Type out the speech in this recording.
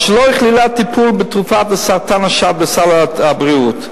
על שלא הכלילה טיפול בתרופה לסרטן השד בסל הבריאות.